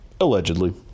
Allegedly